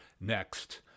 next